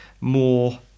more